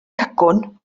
cacwn